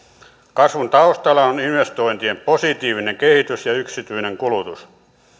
kasvun taustalla on investointien positiivinen kehitys ja yksityinen kulutus